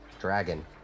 dragon